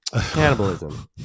cannibalism